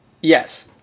Yes